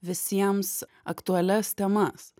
visiems aktualias temas